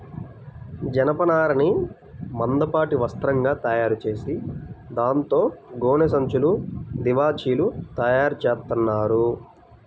జనపనారని మందపాటి వస్త్రంగా తయారుచేసి దాంతో గోనె సంచులు, తివాచీలు తయారుచేత్తన్నారు